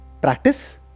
practice